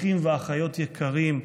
אחים ואחיות יקרים,